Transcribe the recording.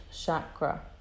chakra